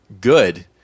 good